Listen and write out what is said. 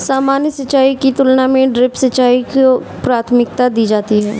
सामान्य सिंचाई की तुलना में ड्रिप सिंचाई को प्राथमिकता दी जाती है